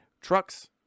trucks